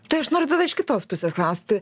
tai aš noriu tada iš kitos pusės klausti